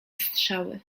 strzały